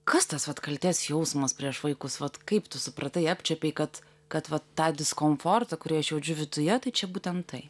kas tas vat kaltės jausmas prieš vaikus vat kaip tu supratai apčiuopei kad kad va tą diskomfortą kurį aš jaučiu viduje tai čia būtent tai